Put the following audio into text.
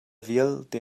vialte